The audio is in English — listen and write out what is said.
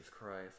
Christ